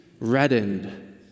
reddened